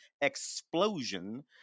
explosion